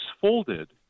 folded